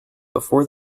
before